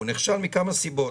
הוא נכשל מכמה סיבות.